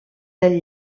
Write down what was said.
del